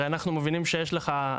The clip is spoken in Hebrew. היא עושה את זה ככל שיש באמת צורך.